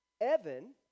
Evan